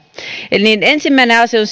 eli ensimmäinen asia on